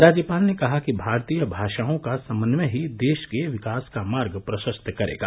राज्यपाल ने कहा कि भारतीय भाषाओं का समन्वय ही देश के विकास का मार्ग प्रशस्त करेगा